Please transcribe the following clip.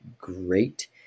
great